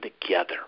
together